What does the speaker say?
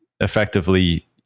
effectively